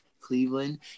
Cleveland